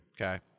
Okay